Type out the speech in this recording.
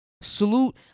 Salute